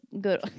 good